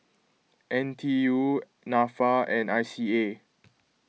N T U Nafa and I C A